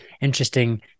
interesting